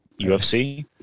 UFC